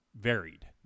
varied